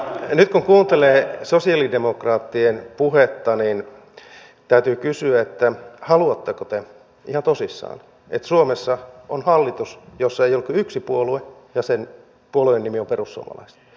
nyt kun kuuntelee sosialidemokraattien puhetta niin täytyy kysyä haluatteko te ihan tosissaan että suomessa on hallitus jossa ei ole kuin yksi puolue ja sen puolueen nimi on perussuomalaiset